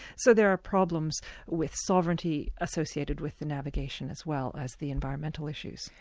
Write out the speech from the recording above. so there are problems with sovereignty associated with the navigation as well as the environmental issues.